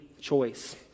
choice